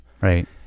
Right